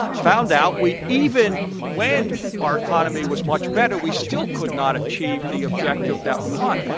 found out we even when our economy was much better, we still could not achieve the objective that we wanted.